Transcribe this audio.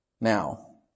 Now